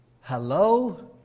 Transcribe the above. Hello